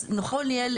אז נכון יהיה,